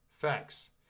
Facts